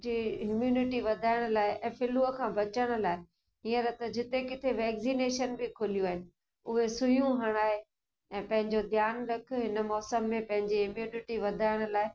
T immunity वधाइण लाइ ऐं फ़्लूअ खां बचण लाइ हींअण त जिते किथे वैग्ज़ीनेशन बि खुलियूं आहिनि उहे सुईयूं हणाए ऐं पंहिंजो ध्यानु रख हिन मौसम में पंहिंजी इंयूनिटी वधाइण लाइ